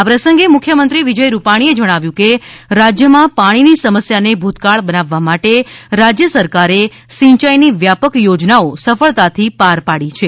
આ પ્રસંગે મુખ્યમંત્રી વિજય રૂપાણીએ જણાવ્યું હતું કે રાજ્યમાં પાણીની સમસ્યાને ભૂતકાળ બનાવવા માટે રાજ્ય સરકારે સિંચાઈની વ્યાપક યોજનાઓ સફળતાથી પાર પાડી છે